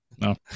No